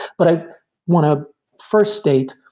but i want to first stage,